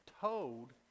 told